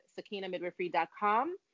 SakinaMidwifery.com